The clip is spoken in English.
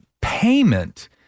payment